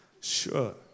sure